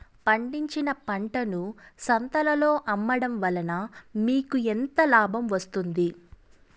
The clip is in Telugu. పండించిన పంటను సంతలలో అమ్మడం వలన మీకు ఎంత లాభం వస్తుంది?